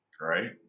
Right